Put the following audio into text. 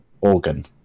organ